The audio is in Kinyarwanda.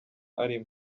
arimo